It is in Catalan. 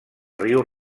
riu